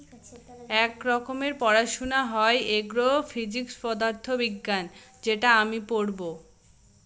এক রকমের পড়াশোনা হয় এগ্রো ফিজিক্স পদার্থ বিজ্ঞান যেটা আমি পড়বো